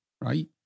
right